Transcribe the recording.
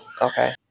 Okay